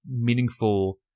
meaningful